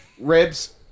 ribs